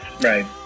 Right